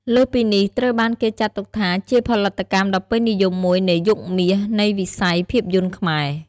លើសពីនេះ ត្រូវបានគេចាត់ទុកថាជាផលិតកម្មដ៏ពេញនិយមមួយនៃ "យុគមាស" នៃវិស័យភាពយន្តខ្មែរ។